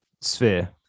sphere